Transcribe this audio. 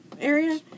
area